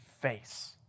face